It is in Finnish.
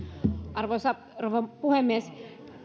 arvoisa rouva puhemies